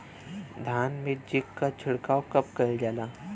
धान में जिंक क छिड़काव कब कइल जाला?